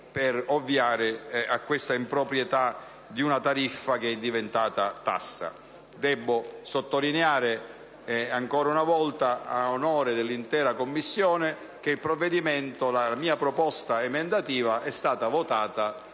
per ovviare a questa improprietà di una tariffa diventata tassa. Debbo sottolineare ancora una volta, ad onore dell'intera Commissione, che la mia proposta emendativa è stata votata